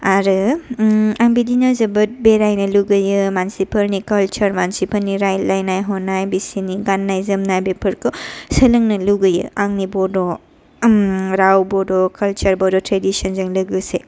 आरो आं बिदिनो जोबोद बेरायनो लुगैयो मानसिफोरनि कालचार मानसिफोरनि रायलायनाय होननाय बिसिनि गाननाय बिसिनि जोमनाय बेफोरखौ सोलोंनो लुगैयो आंनि बड' राव बड' राव कालचार ट्रेडिशनजों लोगोसे